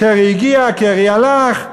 קרי הגיע, קרי הלך,